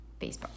Facebook